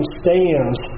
stands